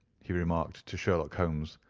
he remarked to sherlock holmes.